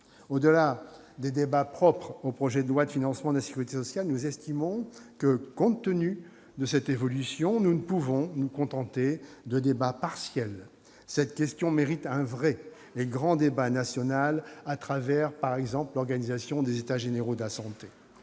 Au-delà des débats propres au projet de loi de financement de la sécurité sociale, nous estimons que, compte tenu de cette évolution, nous ne pouvons pas nous contenter de débats partiels. Cette question mérite un vrai et grand débat national, par exemple à travers l'organisation d'États généraux de la sécurité